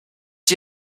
sie